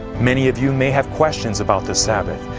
many of you may have questions about the sabbath,